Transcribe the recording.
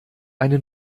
eine